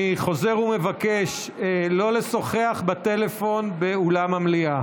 אני חוזר ומבקש לא לשוחח בטלפון באולם המליאה.